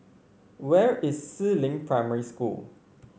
where is Si Ling Primary School